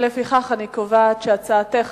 לפיכך אני קובעת שהצעתך,